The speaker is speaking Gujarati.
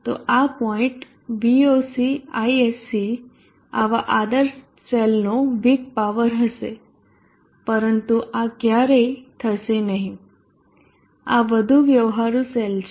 તો આ પોઈન્ટ VocIsc આવા આદર્શ સેલનો વીક પાવર હશે પરંતુ આ ક્યારેય થશે નહીં આ વધુ વ્યવહારુ સેલ છે